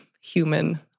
human